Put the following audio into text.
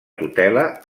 tutela